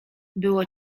było